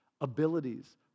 abilities